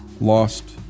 lost